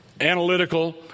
analytical